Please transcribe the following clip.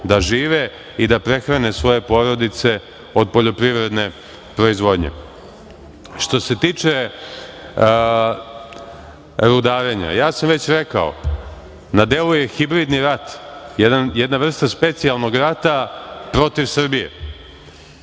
da žive i da prehrane svoje porodice od poljoprivredne proizvodnje. Što se tiče rudarenja, ja sam već rekao, na delu je hibridni rat, jedna vrsta specijalnog rata protiv Srbije.